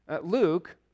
Luke